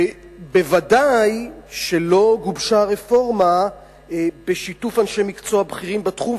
ודאי שלא גובשה רפורמה בשיתוף אנשי מקצוע בכירים בתחום,